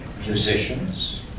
Musicians